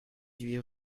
huit